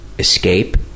escape